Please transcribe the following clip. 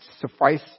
suffice